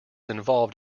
involved